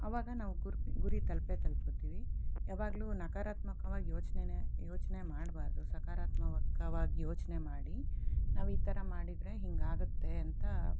ಆವಾಗ ನಾವು ಗುರಿ ತಲುಪೇ ತಲುಪುತ್ತೀವಿ ಯಾವಾಗಲೂ ನಕರಾತ್ಮಕವಾಗಿ ಯೋಚನೆನೇ ಯೋಚನೆ ಮಾಡಬಾರ್ದು ಸಕರಾತ್ಮವಕ್ಕವಾಗಿ ಯೋಚನೆ ಮಾಡಿ ನಾವು ಈ ಥರ ಮಾಡಿದರೆ ಹೀಗಾಗತ್ತೆ ಅಂತ